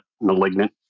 malignant